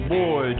boy